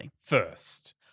First